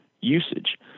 usage